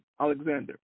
Alexander